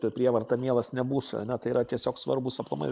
per prievartą mielas nebūsi ane tai yra tiesiog svarbūs aplamai